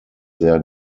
sehr